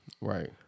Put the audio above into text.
right